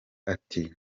ati